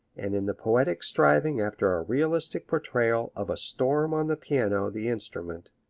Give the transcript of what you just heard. and in the poetic striving after a realistic portrayal of a storm on the piano the instrument,